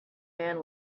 man